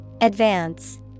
Advance